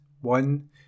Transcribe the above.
one